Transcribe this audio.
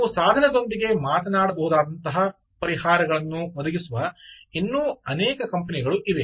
ನೀವು ಸಾಧನದೊಂದಿಗೆ ಮಾತನಾಡಬಹುದಾದಂತಹ ಪರಿಹಾರಗಳನ್ನು ಒದಗಿಸುವ ಇನ್ನೂ ಅನೇಕ ಕಂಪನಿಗಳು ಇವೆ